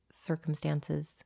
circumstances